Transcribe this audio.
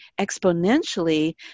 exponentially